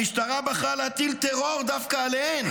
המשטרה בחרה להטיל טרור דווקא עליהן.